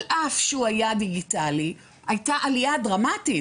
על אף שהוא היה דיגיטלי הייתה עלייה דרמטית.